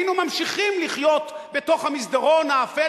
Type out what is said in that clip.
היינו ממשיכים לחיות בתוך המסדרון האפל